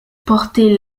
porté